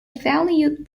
valued